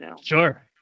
Sure